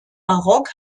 barock